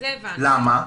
למה?